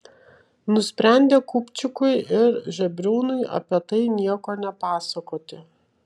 nusprendė kupčikui ir žebriūnui apie tai nieko nepasakoti